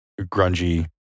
grungy